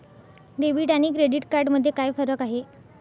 Debit आणि credit card मध्ये काय फरक आहे?